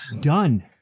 done